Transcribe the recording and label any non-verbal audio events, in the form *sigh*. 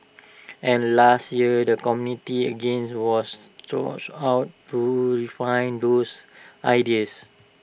and last year the community again *unintelligible* was sought out to refine those ideas